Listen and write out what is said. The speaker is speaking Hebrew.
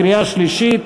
קריאה שלישית,